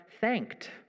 thanked